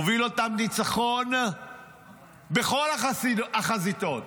הוביל אותם לניצחון בכל החזיתות.